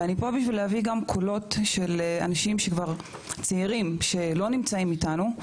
ואני פה בשביל להביא גם קולות של אנשים צעירים שכבר לא נמצאים איתנו,